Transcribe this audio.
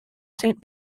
saint